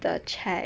the check